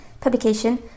publication